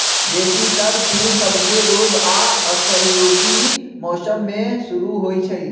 बेशी तर फूल सभके रोग आऽ असहयोगी मौसम में शुरू होइ छइ